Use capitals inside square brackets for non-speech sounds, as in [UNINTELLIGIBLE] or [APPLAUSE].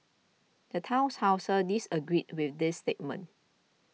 the town [UNINTELLIGIBLE] disagreed with the statement